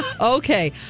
Okay